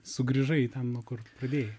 sugrįžai ten kur pradėjai